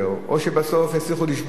או שבסוף יצליחו לשבור אותם,